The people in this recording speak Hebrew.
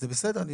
זה בסדר.